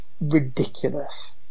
ridiculous